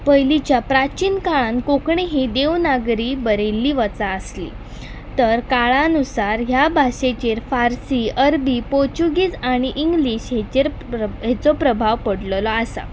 पयलींच्या प्राचीन काळांत कोंकणी ही देवनागरी बरयल्ली वचा आसली तर काळानुसार हे भाशेचेर फारसी अरबी पोर्तुगेज आनी इंग्लिश हेचेर हेचो प्रभाव पडलोलो आसा